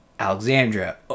Alexandra